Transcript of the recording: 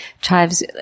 Chives